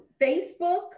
Facebook